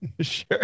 Sure